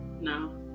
No